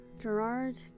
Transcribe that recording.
Gerard